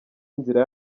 inzira